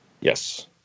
Yes